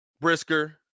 Brisker